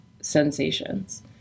sensations